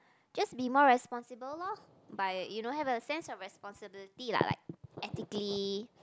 just be more responsible loh by you know have a sense of responsibility like like ethically